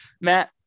Matt